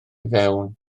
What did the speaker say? fewn